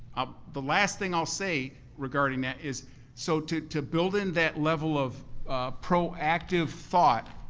ah the last thing i'll say regarding that is so to to build in that level of proactive thought,